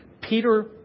Peter